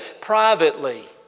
privately